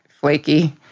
flaky